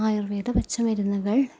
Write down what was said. ആയുർവേദ പച്ച മരുന്നുകൾ